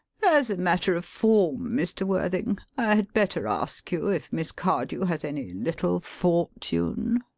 as a matter of form, mr. worthing, i had better ask you if miss cardew has any little fortune?